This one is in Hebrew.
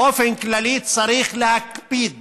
באופן כללי, צריך להקפיד